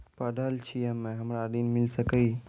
पढल छी हम्मे हमरा ऋण मिल सकई?